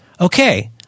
Okay